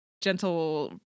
gentle